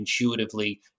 intuitively